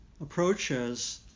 approaches